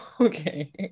Okay